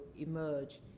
emerge